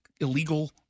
illegal